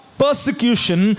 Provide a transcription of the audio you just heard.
persecution